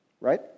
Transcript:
Right